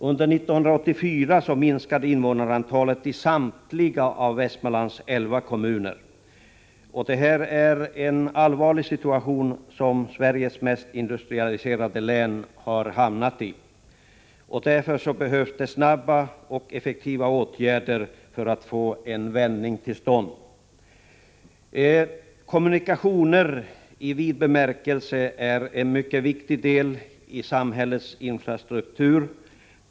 Under 1984 minskade invånarantalet i samtliga av Västmanlands elva kommuner. Det är en allvarlig situation som Sveriges mest industrialiserade län hamnat i. Därför måste snabba och effektiva åtgärder tillgripas för att få en vändning till stånd. Kommunikationer i vid bemärkelse är en mycket viktig del av samhällets infrastruktur.